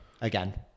again